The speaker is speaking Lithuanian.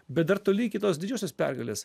bet dar toli kitos didžiosios pergalės